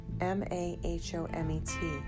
M-A-H-O-M-E-T